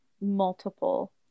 multiple